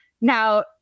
Now